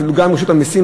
אפילו גם רשות המסים,